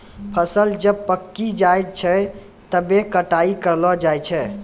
फसल जब पाक्की जाय छै तबै कटाई करलो जाय छै